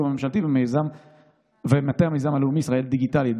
המשלתי ומטה המיזם הלאומי ישראל דיגיטלית.